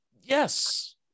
yes